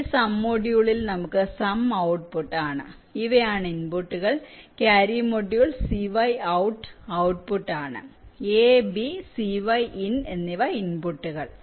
ഈ സം മൊഡ്യൂളിൽ നമുക്ക് സം ഔട്ട്പുട്ട് ആണ് ഇവയാണ് ഇൻപുട്ടുകൾ ക്യാരി മൊഡ്യൂൾ cy out ഔട്ട്പുട്ട് ആണ് a b cy in ഇൻപുട്ടുകൾ